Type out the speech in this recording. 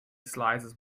slices